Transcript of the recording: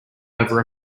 over